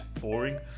boring